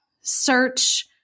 search